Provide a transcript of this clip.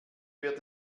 wird